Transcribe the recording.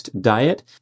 diet